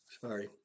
sorry